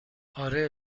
اره